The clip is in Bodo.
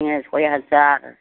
जोंनिया सय हाजार